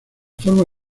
forma